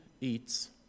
eats